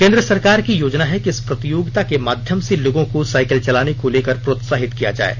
केंद्र सरकार की योजना है कि इस प्रतियोगिता के माध्यम से लोगों को साइकिल चलाने को लेकर प्रोत्साहित किया जाये